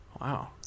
Wow